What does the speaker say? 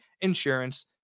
insurance